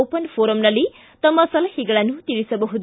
open ಫೋರ್ಂನಲ್ಲಿ ತಮ್ನ ಸಲಹೆಗಳನ್ನು ತಿಳಿಸಬಹುದು